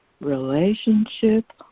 relationship